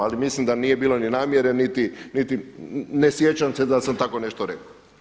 Ali mislim da nije bilo niti namjere niti ne sjećam se da sam tako nešto rekao.